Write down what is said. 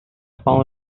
pound